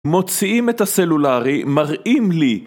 מוציאים את הסלולרי, מראים לי